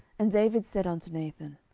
and david said unto nathan,